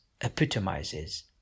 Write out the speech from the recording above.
epitomizes